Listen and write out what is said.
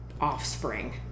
offspring